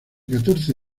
catorce